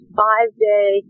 five-day